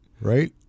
right